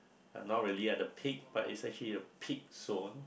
uh not really at the peak but it's actually a peak